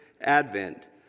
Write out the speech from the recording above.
advent